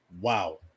Wow